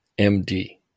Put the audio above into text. MD